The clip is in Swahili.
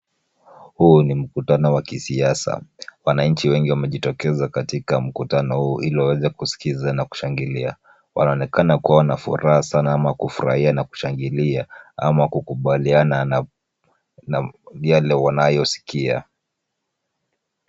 Huu ni mkutano wa kisiasa. Wananchi wengi wamejitokeza katika mkutano huu, ili waweze kuskiza na kushangilia. Wanaonekana kuwa na furaha sana ama kufurahia na kushangilia ama kukubaliana na yale wanayosikia.